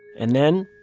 and then.